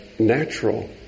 Natural